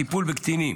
הטיפול בקטינים